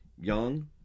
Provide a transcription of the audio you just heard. Young